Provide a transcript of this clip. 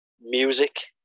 Music